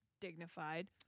dignified